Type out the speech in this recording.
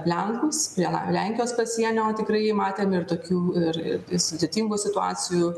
lenkus prie la lenkijos pasienio tikrai jį matėm ir tokių ir ir sudėtingų situacijų